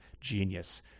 genius